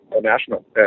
national